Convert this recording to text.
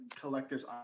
collector's